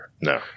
No